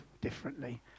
differently